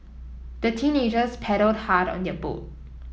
the teenagers paddled hard on their boat